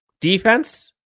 Defense